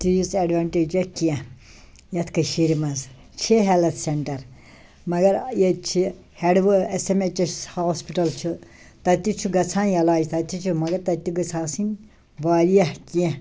تیٖژ ایٚڈونٹیجہ کیٚنٛہہ یتھ کٔشیٖرِ مَنٛز چھِ ہیٚلٕتھ سیٚنٹر مگر ٲں ییٚتہِ چھِ ہیٚڈوٕنۍ S M H S hospital چھُ تتہِ تہِ چھُ گَژھان علاج تتہِ تہِ چھِ مگر تتہِ تہِ گٔژھۍ آسٕنۍ واریاہ کیٚنٛہہ